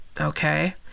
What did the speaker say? okay